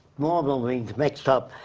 normal means mixed up,